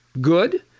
good